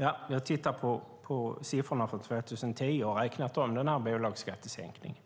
Jag har tittat på siffrorna från 2010 och räknat med bolagsskattesänkningen.